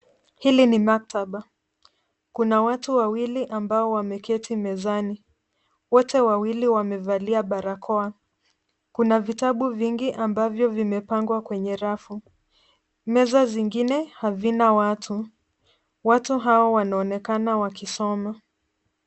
Hili ni maktaba. Kuna watu wawili ambao wameketi mezani. Wote wawili wamevalia barakoa. Kuna vitabu vingi ambavyo vimepangwa kwenye rafu. Meza zingine hazina watu. Watu hawa wanaonekana wakisoma.